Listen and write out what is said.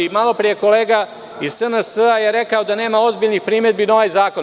Malopre je kolega iz SNS rekao da nema ozbiljnih primedbi na ovaj zakon.